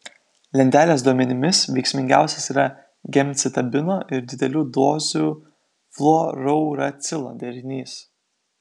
lentelės duomenimis veiksmingiausias yra gemcitabino ir didelių dozių fluorouracilo derinys